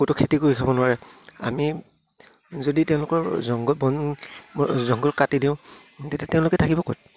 ক'তো খেতি কৰি খাব নোৱাৰে আমি যদি তেওঁলোকৰ জংঘল বন জংঘল কাটি দিওঁ তেতিয়া তেওঁলোকে থাকিব ক'ত